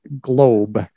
globe